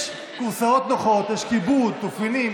יש כורסאות נוחות, יש כיבוד, תופינים.